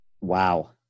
Wow